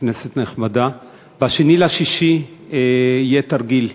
כנסת נכבדה, ב-2 ביוני יהיה תרגיל,